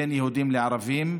בין יהודים לערבים.